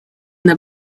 the